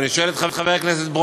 ואני שואל את חבר הכנסת ברושי,